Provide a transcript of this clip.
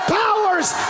powers